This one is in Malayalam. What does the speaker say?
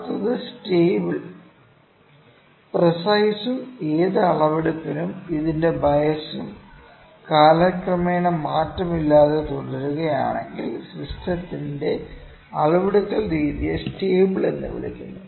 അടുത്തത് സ്റ്റേബിൾ പ്രീസൈസ് ഉം ഏത് അളവെടുപ്പിനും ഇതിന്റെ ബയസും കാലക്രമേണ മാറ്റമില്ലാതെ തുടരുക ആണെങ്കിൽ സിസ്റ്റത്തിന്റെ അളവെടുക്കൽ രീതിയെ സ്റ്റേബിൾ എന്ന് വിളിക്കുന്നു